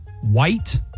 white